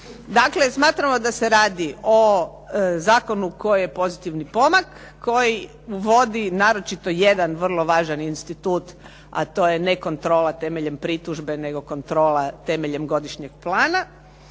Dakle, smatramo da se radi o zakonu koji je pozitivan pomak, koji vodi naročito jedan vrlo važan institut a to je ne kontrola temeljem pritužbe nego kontrola temeljem godišnjeg plana.